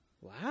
Wow